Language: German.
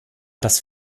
dass